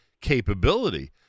capability